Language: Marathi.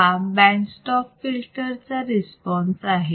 हा बँड स्टॉप फिल्टर चा रिस्पॉन्स आहे